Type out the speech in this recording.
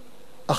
אחי מת